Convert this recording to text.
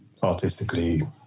Artistically